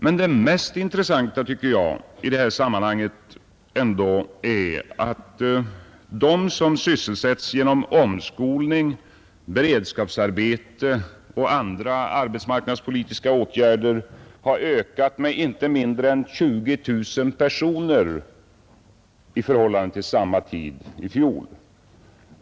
Men det mest intressanta i detta sammanhang tycker jag ändå är att det antal personer som sysselsätts genom omskolning, beredskapsarbete och andra arbetsmarknadspolitiska åtgärder har ökat med inte mindre än 20 000 i förhållande till vad som gällde vid samma tid i fjol.